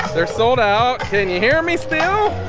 they're sold out. can you hear me still?